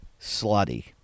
slutty